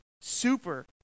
super